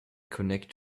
connect